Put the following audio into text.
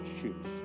choose